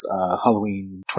Halloween